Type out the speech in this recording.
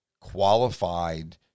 qualified